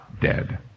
dead